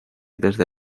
desde